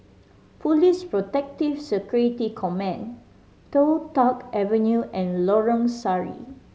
Police Protective Security Command Toh Tuck Avenue and Lorong Sari